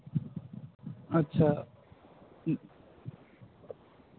अच्छा